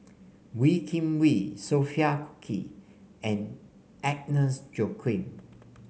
Wee Kim Wee Sophia Cooke and Agnes Joaquim